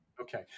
Okay